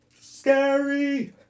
Scary